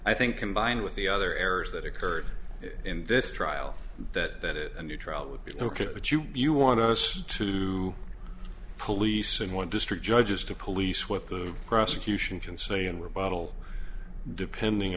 i think combined with the other errors that occurred in this trial that that is a new trial would be ok but you you want us to police in one district judges to police what the prosecution can say and where bottle depending